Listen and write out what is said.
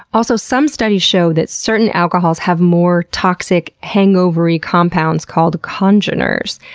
also, some studies show that certain alcohols have more toxic hangover-y compounds called congeners.